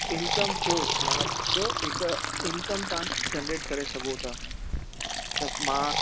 income source मना सम्झो हिक इन्कम तव्हां जनिरेट करे सघो था त मां